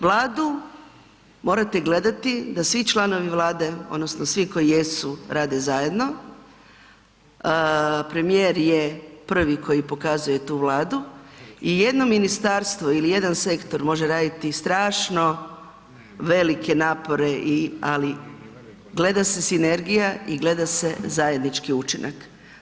Vladu morate gledati da svi članovi Vlade odnosno svi koji jesu rade zajedno, premijer je prvi koji pokazuje tu Vladu i jedno ministarstvo ili jedan sektor može raditi strašno velike napore i, ali gleda se sinergija i gleda se zajednički učinak.